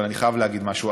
אבל אני חייב להגיד משהו.